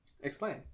explain